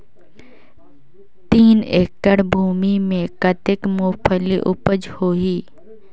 तीन एकड़ भूमि मे कतेक मुंगफली उपज होही?